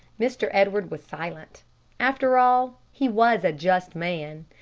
mr. edwards was silent after all, he was a just man.